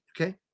Okay